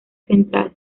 central